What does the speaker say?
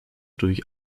durch